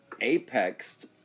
apexed